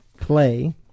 Clay